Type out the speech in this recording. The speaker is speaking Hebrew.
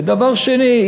ודבר שני,